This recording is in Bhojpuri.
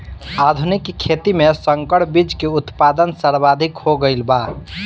आधुनिक खेती में संकर बीज के उत्पादन सर्वाधिक हो गईल बा